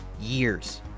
years